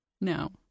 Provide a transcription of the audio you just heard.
no